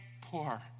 poor